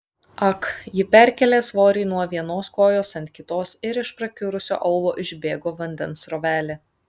ak ji perkėlė svorį nuo vienos kojos ant kitos ir iš prakiurusio aulo išbėgo vandens srovelė